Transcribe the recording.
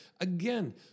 Again